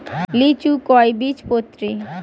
লিচু কয় বীজপত্রী?